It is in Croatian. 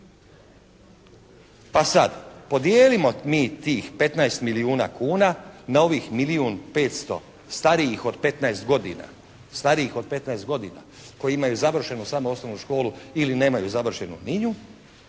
Pa sad podijelimo mi tih 15 milijuna kuna na ovih milijun 500 starijih od 15 godina, starijih od 15 godina koji imaju završenu samo osnovnu školu ili nemaju završenu ni nju